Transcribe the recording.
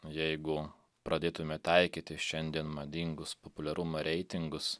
jeigu pradėtume taikyti šiandien madingus populiarumo reitingus